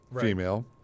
female